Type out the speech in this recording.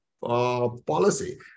policy